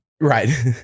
right